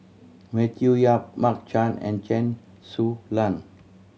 Matthew Yap Mark Chan and Chen Su Lan